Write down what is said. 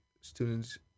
students